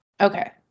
okay